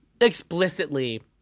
explicitly